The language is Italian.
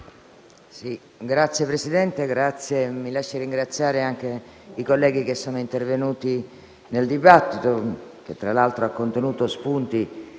Signor Presidente, mi lasci ringraziare i colleghi che sono intervenuti nel dibattito che, tra l'altro, ha contenuto spunti